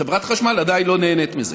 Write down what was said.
חברת החשמל עדיין לא נהנית מזה.